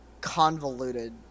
convoluted